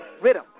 Rhythm